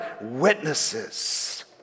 witnesses